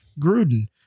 Gruden